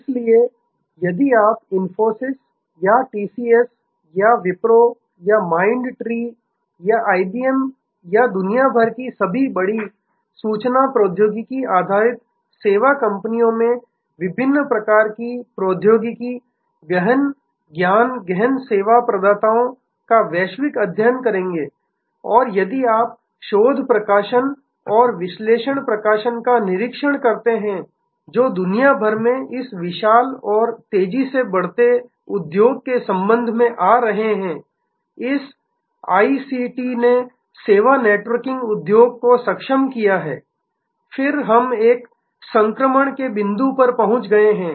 इसलिए यदि आप इन्फोसिस या टीसीएस या विप्रो या माइंड ट्री या आईबीएम या दुनिया भर की सभी बड़ी सूचना प्रौद्योगिकी आधारित सेवा कंपनियों में विभिन्न प्रकार की प्रौद्योगिकी गहन ज्ञान गहन सेवा प्रदाताओं का वैश्विक अध्ययन करेंगे और यदि आप शोध प्रकाशन और विश्लेषक प्रकाशन का निरीक्षण करते हैं जो दुनिया भर में इस विशाल और तेजी से बढ़ते उद्योग के संबंध में आ रहे हैं इस आईसीटी ने सेवा नेटवर्किंग उद्योग को सक्षम किया है फिर हम एक और संक्रमण के बिन्दु पर पहुंच गए हैं